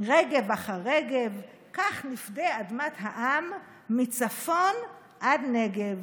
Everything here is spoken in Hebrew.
רגב אחר רגב, / כך נפדה אדמת העם / מצפון עד נגב.